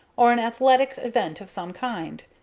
or an athletic event of some kind.